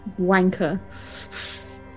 wanker